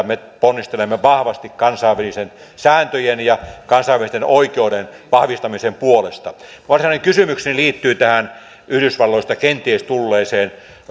me ponnistelemme vahvasti kansainvälisten sääntöjen ja kansainvälisen oikeuden vahvistamisen puolesta varsinainen kysymykseni liittyy tähän yhdysvalloista kenties tulleeseen